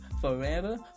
forever